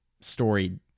story